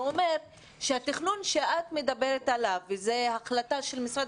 זה אומר שהתכנון שאת מדברת עליו שהוא החלטה של משרד